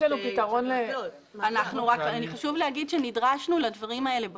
חשוב להגיד שנדרשנו לדברים האלה בחוק.